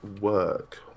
work